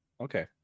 Okay